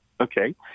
Okay